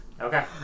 Okay